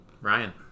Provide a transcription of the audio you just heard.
Ryan